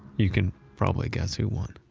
you can probably guess who won